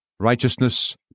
righteousness